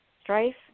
strife